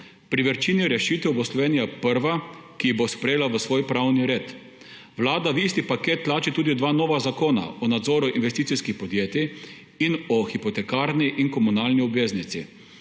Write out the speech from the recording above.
Pri večini rešitev bo Slovenija prva, ki jih bo sprejela v svoj pravni red. Vlada v isti paket tlači tudi dva nova zakona: o nadzoru investicijskih podjetij in o hipotekarni in komunalni obveznici.